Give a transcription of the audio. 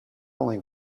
only